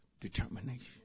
determination